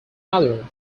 other